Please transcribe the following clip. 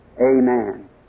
amen